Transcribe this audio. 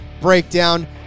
breakdown